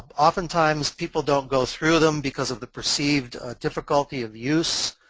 oftentimes, people don't go through them because of the perceived difficulty of use.